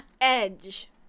Edge